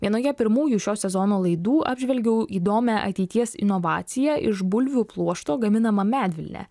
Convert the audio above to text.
vienoje pirmųjų šio sezono laidų apžvelgiau įdomią ateities inovaciją iš bulvių pluošto gaminama medvilnė